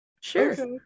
sure